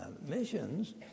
missions